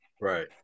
Right